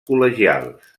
col·legials